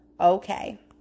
Okay